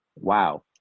wow